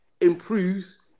improves